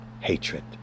hatred